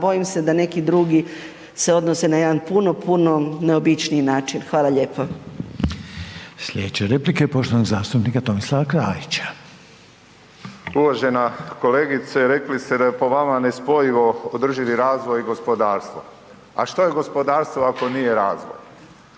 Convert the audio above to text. bojim se da neki drugi se odnose na jedan puno, puno neobičniji način. Hvala lijepo. **Reiner, Željko (HDZ)** Sljedeća replika je poštovanog zastupnika Tomislava Klarića. **Klarić, Tomislav (HDZ)** Uvažena kolegice. Rekli ste da je po vama nespojivo održivi razvoj i gospodarstvo. A šta je gospodarstvo ako nije razvoj?